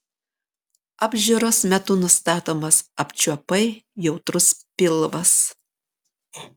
apžiūros metu nustatomas apčiuopai jautrus pilvas